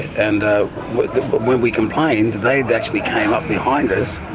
and when we complained they actually came up behind us